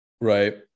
Right